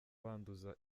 banduza